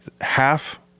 half